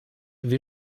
wir